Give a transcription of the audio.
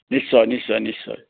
নিশ্চয় নিশ্চয় নিশ্চয়